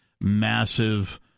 massive